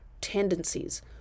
tendencies